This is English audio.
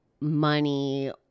money